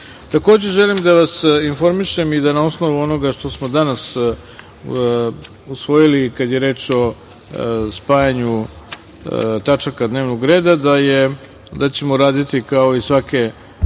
želim da vas informišem, na osnovu onoga što smo danas usvojili kada je reč o spajanju tačaka dnevnog reda, da ćemo raditi kao i svake